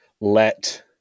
let